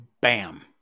bam